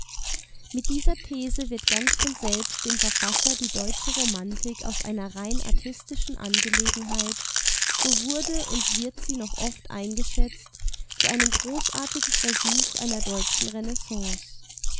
mit dieser these wird ganz von selbst dem verfasser die deutsche romantik aus einer rein artistischen angelegenheit so wurde und wird sie noch oft eingeschätzt zu einem großartigen versuch einer deutschen renaissance